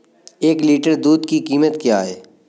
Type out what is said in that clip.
एक लीटर दूध की कीमत क्या है?